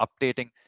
updating